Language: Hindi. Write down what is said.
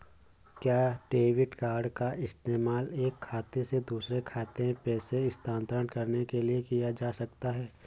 क्या डेबिट कार्ड का इस्तेमाल एक खाते से दूसरे खाते में पैसे स्थानांतरण करने के लिए किया जा सकता है?